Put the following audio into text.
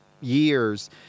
years